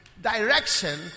direction